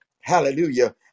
Hallelujah